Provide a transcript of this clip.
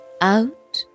out